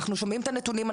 אנחנו שומעים את הנתונים,